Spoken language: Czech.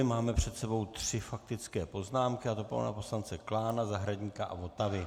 Máme před sebou tři faktické poznámky, a to pánů poslanců Klána, Zahradníka a Votavy.